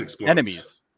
enemies